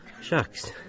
Shucks